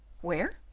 Where